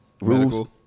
rules